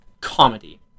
comedy